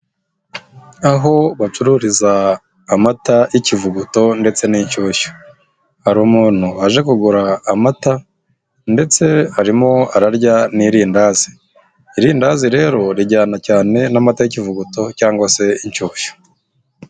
Aho bacururiza amata y'ikivuguto ndetse n'ishyushyu, hari umuntu waje kugura amata ndetse harimo ararya n'irindazi, irindazi rero rijyana cyane n'amata y'ikivuguto cyangwa se inshyushyu.